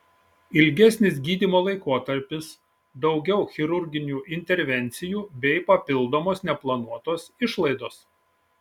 ilgesnis gydymo laikotarpis daugiau chirurginių intervencijų bei papildomos neplanuotos išlaidos